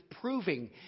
proving